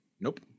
Nope